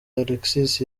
alexis